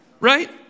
Right